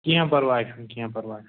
کیٚنٛہہ پرواے چھُنہٕ کیٚنٛہہ پرواے چھُنہٕ